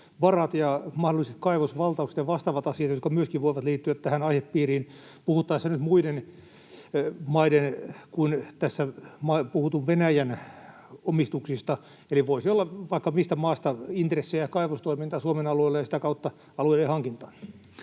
malmivarat ja mahdolliset kaivosvaltaukset ja vastaavat asiat, jotka myöskin voivat liittyä tähän aihepiiriin puhuttaessa nyt muiden maiden kuin tässä puhutun Venäjän omistuksista. Eli voisi olla vaikka mistä maasta intressejä kaivostoimintaan Suomen alueelle ja sitä kautta alueiden hankintaan.